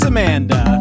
Amanda